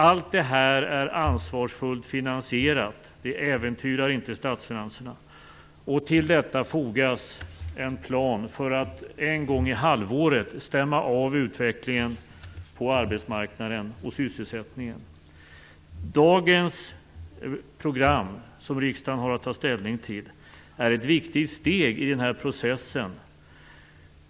Allt det här är ansvarsfullt finansierat. Det äventyrar inte statsfinanserna. Till detta fogas en plan för att en gång i halvåret stämma av utvecklingen när det gäller arbetsmarknaden och sysselsättningen. Dagens program, som riksdagen har att ta ställning till, är ett viktigt steg i den här processen.